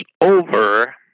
over